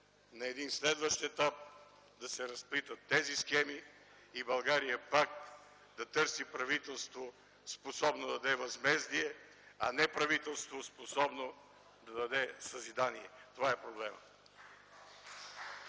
на един следващ етап да се разплитат тези схеми и България пак да търси правителство, способно да даде възмездие, а не правителство, способно да даде съзидание. Това е проблемът.